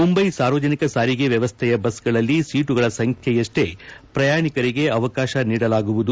ಮುಂಬೈ ಸಾರ್ವಜನಿಕ ಸಾರಿಗೆ ವ್ಯವಸ್ದೆಯ ಬಸ್ಗಳಲ್ಲಿ ಸೀಟುಗಳ ಸಂಖ್ಯೆಯಷ್ಲೆ ಪ್ರಯಾಣಿಕರಿಗೆ ಅವಕಾಶ ನೀಡಲಾಗುವುದು